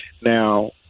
Now